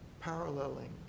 paralleling